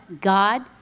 God